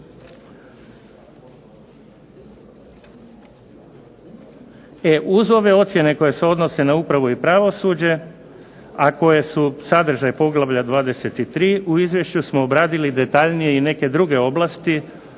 uz ove ocjene koje se odnose na upravu i pravosuđe, a koje su sadržaj poglavlja 23. u izvješću smo obradili detaljnije i neke druge oblasti,